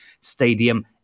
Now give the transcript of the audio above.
Stadium